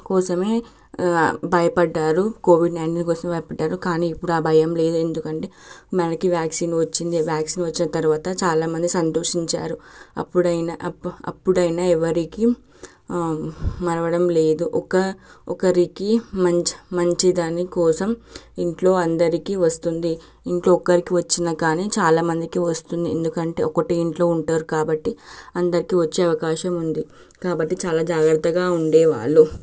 కోసమే భయపడ్డారు COVID nineteen కోసమే భయపడ్డారు కానీ ఇప్పుడు ఆ భయం లేదు ఎందుకంటే మనకి వ్యాక్సిన్ వచ్చింది వ్యాక్సిన్ వచ్చిన తర్వాత చాలామంది సంతోషించారు అప్పుడైనా అప్ప అప్పుడైనా ఎవరికీ మరవడం లేదు ఒక ఒకరికి మంచి మంచిదని కోసం ఇంట్లో అందరికీ వస్తుంది ఇంట్లో ఒక్కరికి వచ్చిన కానీ చాలామందికి వస్తుంది ఎందుకంటే ఒకటే ఇంట్లో ఉంటారు కాబట్టి అందరికీ వచ్చే అవకాశం ఉంది కాబట్టి చాలా జాగ్రత్తగా ఉండేవాళ్ళు